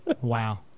Wow